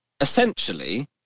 Essentially